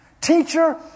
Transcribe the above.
Teacher